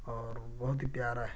اور بہت ہی پیارا ہے